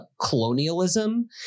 colonialism